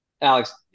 Alex